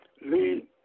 Lead